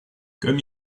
comme